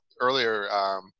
earlier –